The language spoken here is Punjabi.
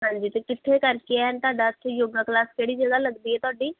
ਹਾਂਜੀ ਅਤੇ ਕਿੱਥੇ ਕਰਕੇ ਹੈ ਤੁਹਾਡਾ ਇੱਥੇ ਯੋਗਾ ਕਲਾਸ ਕਿਹੜੀ ਜਗ੍ਹਾ ਲੱਗਦੀ ਹੈ ਤੁਹਾਡੀ